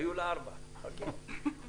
היו לה ארבעה חששות.